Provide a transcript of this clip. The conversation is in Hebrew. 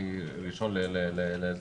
בספטמבר השנה אחרי עבודה אינטנסיבית בוועדת החוקה,